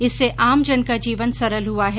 इससे आमजन का जीवन सरल हुआ है